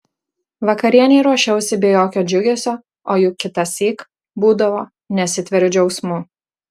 vakarienei ruošiausi be jokio džiugesio o juk kitąsyk būdavo nesitveriu džiaugsmu